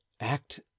act